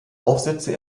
aufsätze